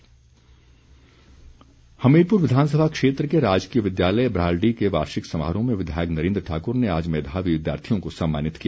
समारोह हमीरपुर विधानसभा क्षेत्र के राजकीय विद्यालय ब्राहल्डी के वार्षिक समारोह में विधायक नरेन्द्र ठाकुर ने आज मेधावी विद्यार्थियों को सम्मानित किया